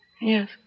Yes